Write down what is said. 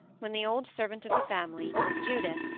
when the old servant of the family, judith,